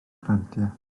grantiau